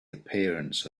appearance